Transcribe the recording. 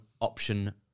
option